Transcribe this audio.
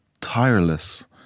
tireless